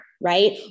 right